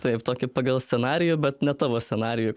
taip tokį pagal scenarijų bet ne tavo scenarijų